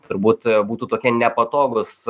turbūt būtų tokie nepatogūs